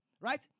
right